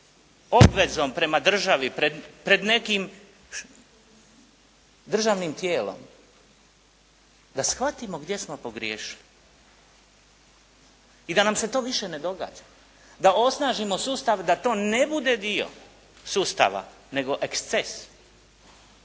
obvezom prema državi, pred nekim državnim tijelom, da shvatimo gdje smo pogriješili i da nam se to više ne događa, da osnažimo sustav da to ne bude dio sustava nego eksces,